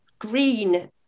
green